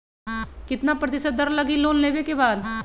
कितना प्रतिशत दर लगी लोन लेबे के बाद?